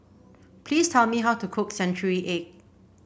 please tell me how to cook Century Egg